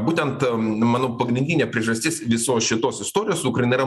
būtent manau pagrindinė priežastis visos šitos istorijos su ukraina yra